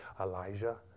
Elijah